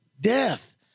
death